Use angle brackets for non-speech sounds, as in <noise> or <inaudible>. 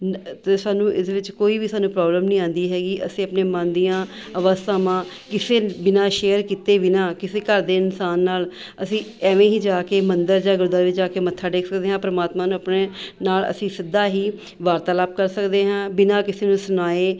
<unintelligible> ਅਤੇ ਸਾਨੂੰ ਇਸ ਵਿੱਚ ਕੋਈ ਵੀ ਸਾਨੂੰ ਪ੍ਰੋਬਲਮ ਨਹੀਂ ਆਉਂਦੀ ਹੈਗੀ ਅਸੀਂ ਆਪਣੇ ਮਨ ਦੀਆਂ ਅਵਸਥਾਵਾਂ ਕਿਸੇ ਬਿਨਾਂ ਸ਼ੇਅਰ ਕੀਤੇ ਬਿਨਾਂ ਕਿਸੇ ਘਰ ਦੇ ਇਨਸਾਨ ਨਾਲ਼ ਅਸੀਂ ਐਵੇਂ ਹੀ ਜਾ ਕੇ ਮੰਦਰ ਜਾਂ ਗੁਰਦੁਆਰੇ ਵਿੱਚ ਜਾ ਕੇ ਮੱਥਾ ਟੇਕ ਸਕਦੇ ਹਾਂ ਪਰਮਾਤਮਾ ਨੂੰ ਆਪਣੇ ਨਾਲ਼ ਅਸੀਂ ਸਿੱਧਾ ਹੀ ਵਾਰਤਾਲਾਪ ਕਰ ਸਕਦੇ ਹਾਂ ਬਿਨਾਂ ਕਿਸੇ ਨੂੰ ਸੁਣਾਏ